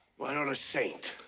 why not a saint?